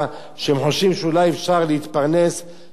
אפשר להתפרנס ולהשאיר איזו הכנסה.